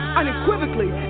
unequivocally